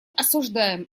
осуждаем